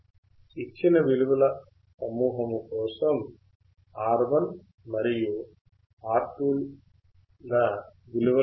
ఇచ్చిన విలువల సమూహము కోసం R1 మరియు R2 ల విలువలు ఏమిటి